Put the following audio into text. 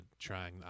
trying